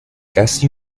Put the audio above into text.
casi